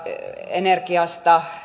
energiasta